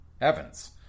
evans